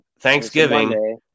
Thanksgiving